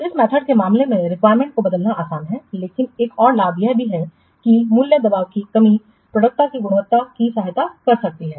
तो इस मेथड के मामले में रिक्वायरमेंट्स को बदलना आसान है लेकिन एक और लाभ यह है कि मूल्य दबाव की कमी प्रोडक्ट की गुणवत्ता की सहायता कर सकती है